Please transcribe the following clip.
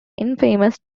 infamous